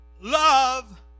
Love